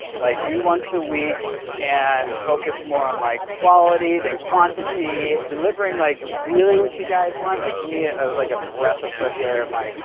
like, do once a week and focus more on, like, quality than quantity. delivering, like, really what you guys want, like, to me, it was like, a breath of fresh air. i'm like,